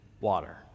water